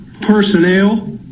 personnel